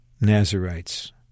Nazarites